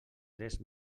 tres